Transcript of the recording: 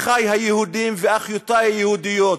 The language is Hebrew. אחי היהודים ואחיותי היהודיות,